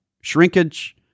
shrinkage